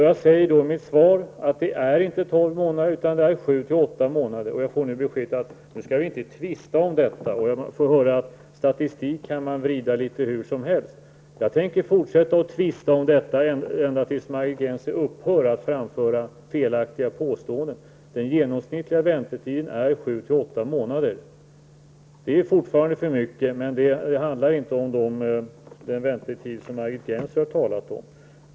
Jag sade i mitt svar att det inte är tolv månader, utan sju åtta månader. Jag får nu beskedet att vi inte skall tvista om det. Jag får höra att statistik kan vridas litet hur som helst. Jag tänker fortsätta att tvista om detta ända tills Margit Gennser upphör att framföra felaktiga påståenden. Genomsnittsväntetiden är sju åtta månader. Det är fortfarande för lång tid, men det handlar inte om sådana väntetider som Margit Gennser talade om.